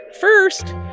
First